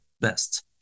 best